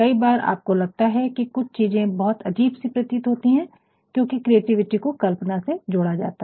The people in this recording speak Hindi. कई बार आपको लगता है कि कुछ चीजें बहुत अजीब सी प्रतीत होती हैं क्योंकि क्रिएटिविटी को कल्पना से जोड़ा जाता है